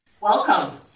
Welcome